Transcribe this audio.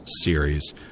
series